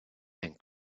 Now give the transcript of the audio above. and